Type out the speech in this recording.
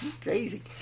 crazy